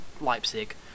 Leipzig